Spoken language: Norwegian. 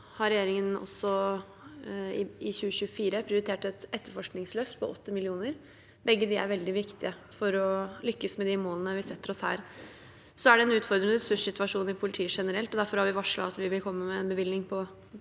regjering en i 2024 prioritert et etterforskningsløft på 80 mill. kr. Begge er veldig viktige for å lykkes med de målene vi setter oss her. Så er det en utfordrende ressurssituasjon i politiet generelt, og derfor har vi varslet at vi vil komme med en bevilgning på